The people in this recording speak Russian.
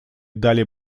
дали